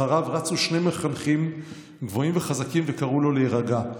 אחריו רצו שני מחנכים גבוהים וחזקים וקראו לו להירגע,